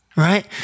right